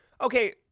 Okay